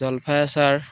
জলফাই আচাৰ